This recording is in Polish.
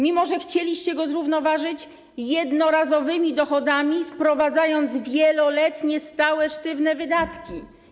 Mimo że chcieliście go zrównoważyć jednorazowymi dochodami, wprowadzając wieloletnie, stałe, sztywne wydatki.